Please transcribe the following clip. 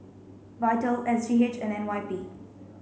VITAL S G H and N Y P